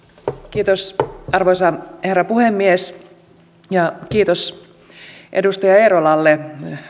arvoisa herra puhemies kiitos edustaja eerolalle